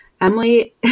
Emily